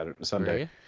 Sunday